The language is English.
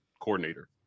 coordinator